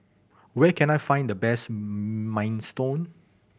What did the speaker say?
where can I find the best Minestrone